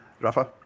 Rafa